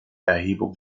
erhebung